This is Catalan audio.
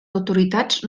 autoritats